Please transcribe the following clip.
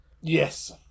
Yes